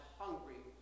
hungry